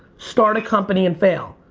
start a company and fail.